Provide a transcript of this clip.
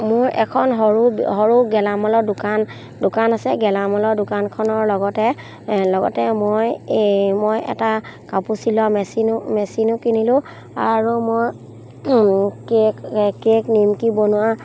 মোৰ এখন সৰু সৰু গেলামালৰ দোকান দোকান আছে গেলামালৰ দোকানখনৰ লগতে লগতে মই এই মই এটা কাপোৰ চিলোৱা মেচিনো মেচিনো কিনিলোঁ আৰু মই কেক কেক নিমকি বনোৱা